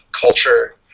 culture